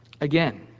again